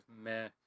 meh